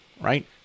right